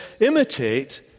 imitate